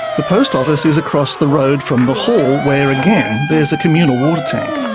the post office is across the road from the hall, where again there's a communal water tank.